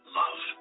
love